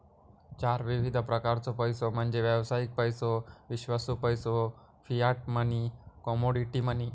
चार विविध प्रकारचो पैसो म्हणजे व्यावसायिक पैसो, विश्वासू पैसो, फियाट मनी, कमोडिटी मनी